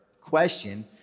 question